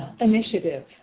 initiative